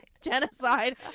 Genocide